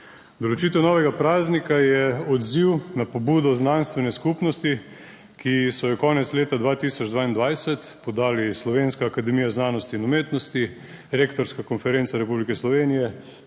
Določitev novega praznika je odziv na pobudo znanstvene skupnosti, ki so jo konec leta 2022 podali Slovenska akademija znanosti in umetnosti, Rektorska konferenca Republike Slovenije,